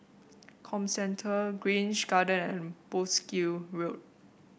Comcentre Grange Garden and Wolskel Road